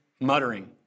muttering